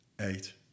eight